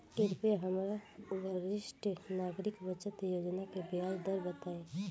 कृपया हमरा वरिष्ठ नागरिक बचत योजना के ब्याज दर बताई